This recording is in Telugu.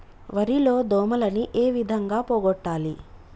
వరి లో దోమలని ఏ విధంగా పోగొట్టాలి?